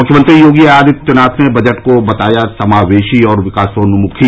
मुख्यमंत्री योगी आदित्यनाथ ने बजट को बताया समावेशी और विकासोन्मुखी